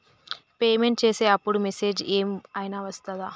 Payment చేసే అప్పుడు message ఏం ఐనా వస్తదా?